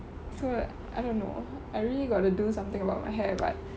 so I don't know I really got to do something about my hair but